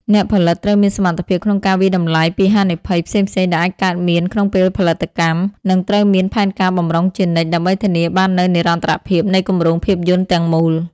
អ្នកផលិតត្រូវមានសមត្ថភាពក្នុងការវាយតម្លៃពីហានិភ័យផ្សេងៗដែលអាចកើតមានក្នុងពេលផលិតកម្ម និងត្រូវមានផែនការបម្រុងជានិច្ចដើម្បីធានាបាននូវនិរន្តរភាពនៃគម្រោងភាពយន្តទាំងមូល។